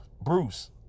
bruce